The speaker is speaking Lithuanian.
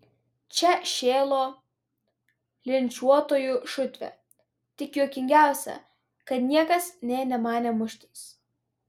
čia šėlo linčiuotojų šutvė tik juokingiausia kad niekas nė nemanė muštis